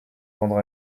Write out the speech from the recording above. vendre